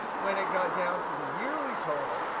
when it got down to the yearly total,